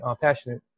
passionate